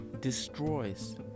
destroys